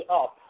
up